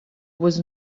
was